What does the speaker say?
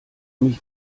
mich